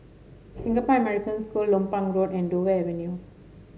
Singapore American School Lompang Road and Dover Avenue